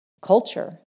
culture